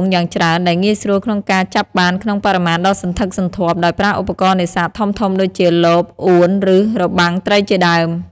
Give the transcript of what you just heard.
ៗយ៉ាងច្រើន ដែលងាយស្រួលក្នុងការចាប់បានក្នុងបរិមាណដ៏សន្ធឹកសន្ធាប់ដោយប្រើឧបករណ៍នេសាទធំៗដូចជា លប អួន ឬរបាំងត្រីជាដើម។